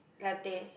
ya teh